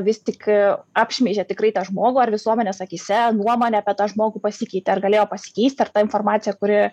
vis tik apšmeižė tikrai tą žmogų ar visuomenės akyse nuomonė apie tą žmogų pasikeitė ar galėjo pasikeisti ar ta informaciją kuri